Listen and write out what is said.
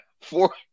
four